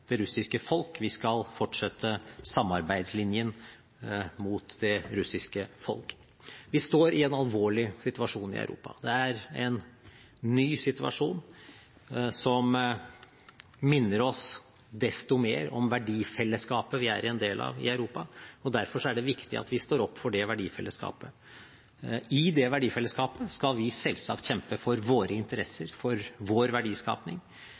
det russiske folk. Vi skal fortsette samarbeidslinjen med det russiske folk. Vi står i en alvorlig situasjon i Europa. Det er en ny situasjon som minner oss desto mer om verdifellesskapet vi er en del av i Europa. Derfor er det viktig at vi står opp for det verdifellesskapet. I det verdifellesskapet skal vi selvsagt kjempe for våre interesser og for vår